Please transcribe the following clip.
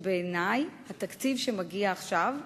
בעיני התקציב שמגיע עכשיו,